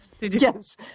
Yes